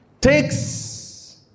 takes